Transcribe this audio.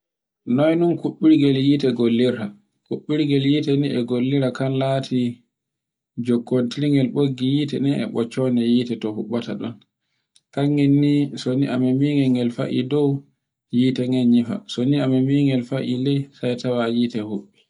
Noy min kuɓɓoyde hite gollirta. Kuɓɓirde heti ni e gollira ka lati jokkontinder ɓoggi hite nden e ɓocconde hite to huɓɓata dum. Kangel ni so ni a memi ngel gel fa e dow, hite nden nyifa. So ni a memi gel fa I ley, sai tawa hite huɓɓi.